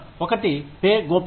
1 ఒకటి పే గోప్యత